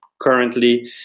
currently